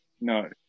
no